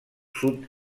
sud